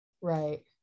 Right